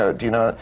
ah do you know?